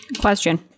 Question